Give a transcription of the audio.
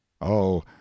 Oh